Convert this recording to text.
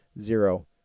zero